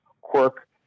quirk